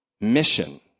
mission